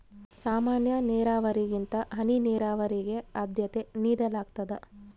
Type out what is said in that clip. ಸಾಮಾನ್ಯ ನೇರಾವರಿಗಿಂತ ಹನಿ ನೇರಾವರಿಗೆ ಆದ್ಯತೆ ನೇಡಲಾಗ್ತದ